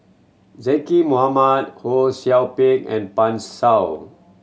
Zaqy Mohamad Ho Sou Ping and Pan Shou